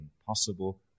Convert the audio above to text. impossible